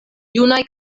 junaj